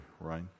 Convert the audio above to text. right